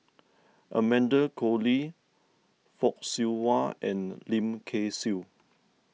Amanda Koe Lee Fock Siew Wah and Lim Kay Siu